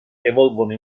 evolvono